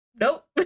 Nope